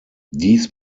dies